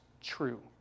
true